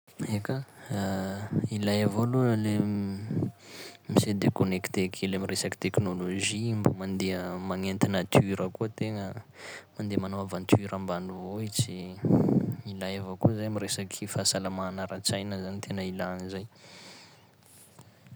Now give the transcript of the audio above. Eka! ilay avao aloha le mi-se déconnecter kely amy resaky technologie igny mba mandeha magnenty nature koa an-tegna, mandeha manao aventure ambanivohitsy, ilay avao koa zay am' resaky fahasalamana ara-tsaina zany tena ilagna zay.